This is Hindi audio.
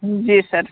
जी सर